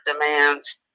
demands